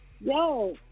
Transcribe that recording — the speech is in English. Yo